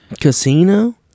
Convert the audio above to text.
Casino